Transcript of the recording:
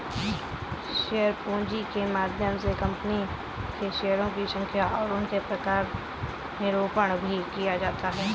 share पूंजी के माध्यम से कंपनी के शेयरों की संख्या और उसके प्रकार का निरूपण भी किया जाता है